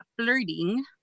flirting